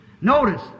Notice